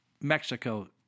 Mexico